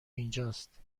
اینجاست